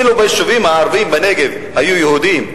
אילו ביישובים הערביים בנגב היו יהודים,